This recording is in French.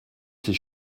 ses